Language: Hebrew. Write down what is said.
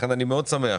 לכן אני מאוד שמח,